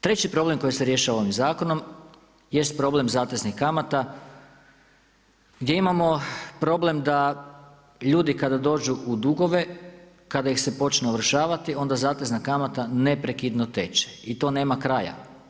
Treći problem koji se rješava ovim zakonom jest problem zateznih kamata gdje imamo problem da ljudi kada dođu u dugove kada ih se počne ovršavati onda zatezna kamata neprekidno teče i to nema kraja.